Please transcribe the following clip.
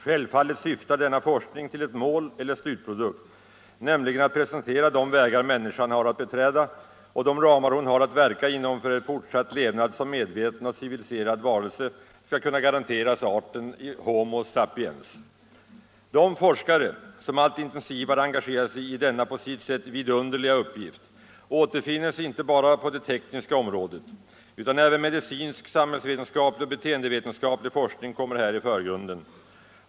Självfallet syftar denna forskning till ett mål eller slutprodukt, nämligen att presentera de vägar människan har att beträda och de ramar hon har att verka inom för att fortsatt levnad som medveten och civiliserad varelse skall kunna garanteras arten homo sapiens. De forskare som allt intensivare engagerar sig i denna på sitt sätt vidunderliga uppgift återfinns inte bara på det tekniska området utan även medicinsk, samhällsvetenskaplig och beteendevetenskaplig forskning kommer här i förgrunden.